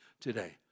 today